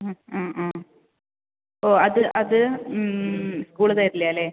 ആ ആ ആ ഓ അത് അത് സ്കൂള് തരില്ല ആല്ലേ